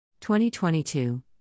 2022